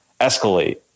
escalate